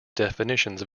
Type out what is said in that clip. definitions